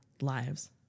lives